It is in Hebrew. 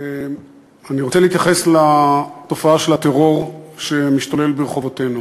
אני רוצה להתייחס לתופעה של הטרור שמשתולל ברחובותינו.